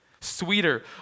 Sweeter